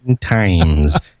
times